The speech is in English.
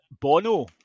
Bono